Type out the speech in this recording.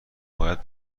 باید